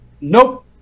Nope